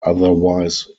otherwise